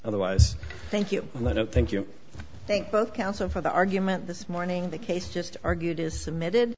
otherwise thank you thank you thank both counsel for the argument this morning the case just argued is submitted